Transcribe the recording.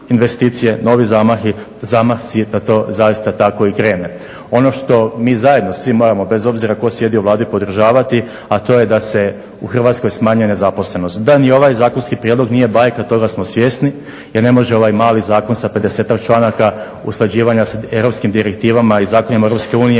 investicije, novi zamasi da to zaista tako i krene. Ono što mi zajedno svi moramo bez obzira tko sjedi u Vladi podržavati, a to je da se u Hrvatskoj smanjuje nezaposlenost. Da ni ovaj zakonski prijedlog nije bajka toga smo svjesni jer ne može ovaj mali zakon sa 50-ak članaka usklađivanja s europskim direktivama i zakonima EU smanjiti